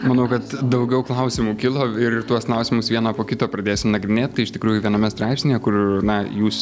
manau kad daugiau klausimų kilo ir tuos klausimus vieną po kito pradėsim nagrinėt iš tikrųjų viename straipsnyje kur na jūs